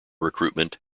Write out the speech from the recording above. recruitment